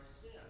sin